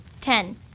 Ten